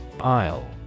Isle